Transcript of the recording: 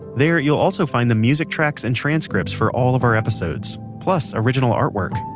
there you'll also find the music tracks and transcripts for all of our episodes, plus original artwork.